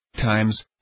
times